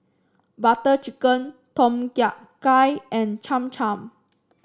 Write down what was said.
Butter Chicken Tom Kha Gai and Cham Cham